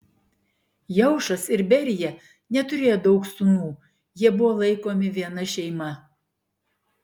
jeušas ir berija neturėjo daug sūnų jie buvo laikomi viena šeima